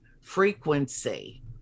frequency